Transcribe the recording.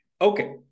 okay